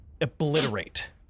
obliterate